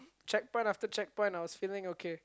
checkpoint after checkpoint I was feeling okay